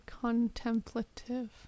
Contemplative